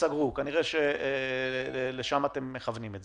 כנראה, לשם אתם מכוונים.